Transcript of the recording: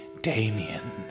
damien